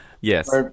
Yes